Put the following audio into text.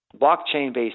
blockchain-based